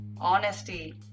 honesty